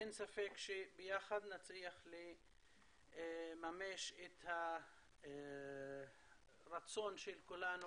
אין ספק שביחד נצליח לממש את הרצון של כולנו